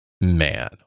man